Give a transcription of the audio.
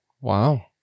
Wow